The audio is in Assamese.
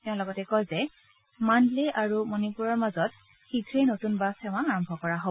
তেওঁ লগতে কয় যে মাশুলে আৰু মণিপুৰৰ মাজত শীঘে নতুন বাছসেৱা আৰম্ভ কৰা হ'ব